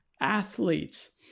athletes